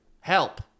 Help